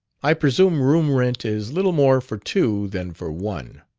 i presume room-rent is little more for two than for one.